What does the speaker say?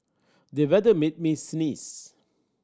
the weather made me sneeze